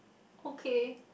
okay